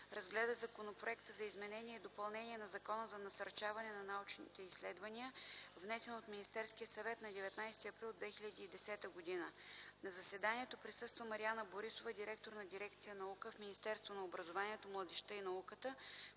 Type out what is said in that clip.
разгледа Законопроекта за изменение и допълнение на Закона за насърчаване на научните изследвания, внесен от Министерския съвет на 19 април 2010 г. На заседанието присъства Мариана Борисова – директор на дирекция „Наука” в Министерството на образованието, младежта и науката,